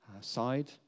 side